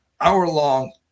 Hour-long